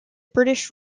british